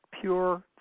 pure